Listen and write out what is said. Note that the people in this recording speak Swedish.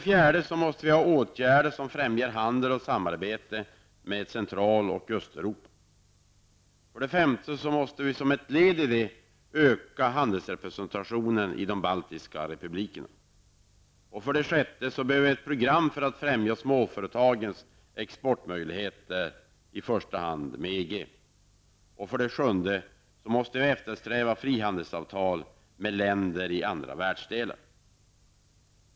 4. Åtgärder för att främja handel och samarbete med Central och Östeuropa måste vidtas. 5. Som ett led i dessa åtgärder måste vi öka handelsrepresentationen i de baltiska staterna. 6. Vi behöver ett program för att främja småföretagens exportmöjligheter, i första hand inom EG. 7. Vi måste eftersträva frihandelsavtal med länder i andra världsdelar.